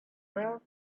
felt